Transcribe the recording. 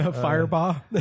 Fireball